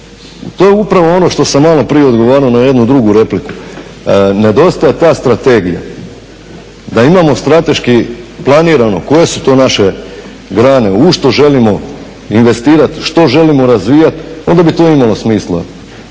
to je upravo ono što sam malo prije odgovarao na jednu drugu repliku, nedostaje ta strategija da imamo strateški planirano koje su to naše grane, u što želimo investirati, što želimo razvijati, onda bi to imalo smisla,